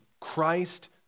Christ